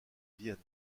vienne